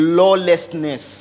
lawlessness